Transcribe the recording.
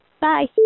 Bye